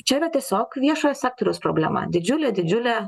čia yra tiesiog viešojo sektoriaus problema didžiulė didžiulė